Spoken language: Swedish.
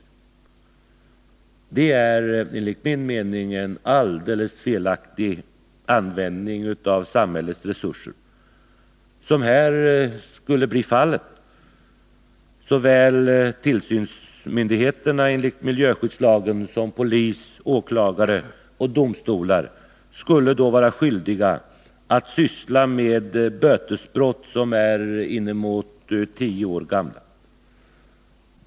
Det skulle enligt min mening innebära en alldeles felaktig användning av samhällets resurser, om såväl tillsynsmyndigheterna enligt miljöskyddslagen som polis, åklagare och domstolar skulle vara skyldiga att syssla med bötesbrott som är inemot tio år gamla.